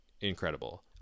incredible